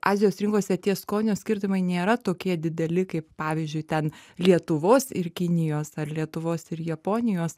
azijos rinkose tie skonio skirtumai nėra tokie dideli kaip pavyzdžiui ten lietuvos ir kinijos ar lietuvos ir japonijos